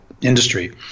industry